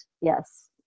Yes